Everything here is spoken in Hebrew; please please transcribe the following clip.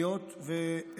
ואתגר גדול,